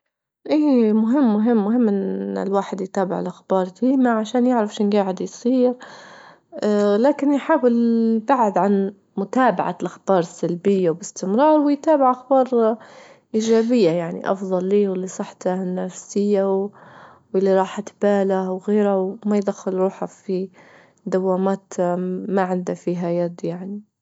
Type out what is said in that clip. إيه مهم- مهم- مهم إن الواحد يتابع الأخبار ديما عشان يعرف شنو جاعد يصير لكن يحاول يبعد عن متابعة الأخبار السلبية وبإستمرار، ويتابع أخبار إيجابية يعني أفظل له ولصحته النفسية ولراحة باله وغيره، وما يدخل روحه في دوامات ما عنده فيها يد يعني.